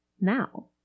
now